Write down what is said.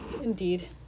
Indeed